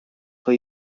for